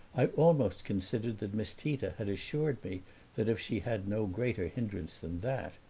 i almost considered that miss tita had assured me that if she had no greater hindrance than that!